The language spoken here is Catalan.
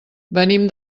venim